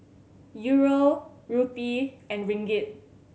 Euro Rupee and Ringgit